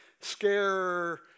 scare